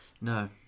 No